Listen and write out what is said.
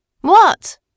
What